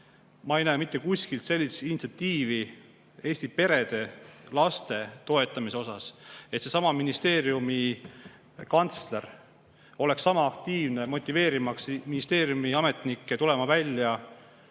ma ei näe mitte kuskil sellist initsiatiivi Eesti perede ja laste toetamiseks. Et seesama ministeeriumi kantsler oleks sama aktiivne, motiveerimaks ministeeriumi ametnikke tulema välja